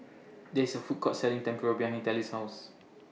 There IS A Food Court Selling Tempura behind Telly's House